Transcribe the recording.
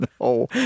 No